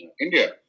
India